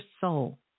soul